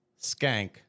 skank